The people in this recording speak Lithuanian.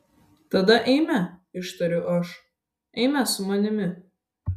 tada eime ištariu aš eime su manimi